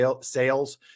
sales